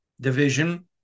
division